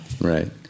Right